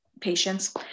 patients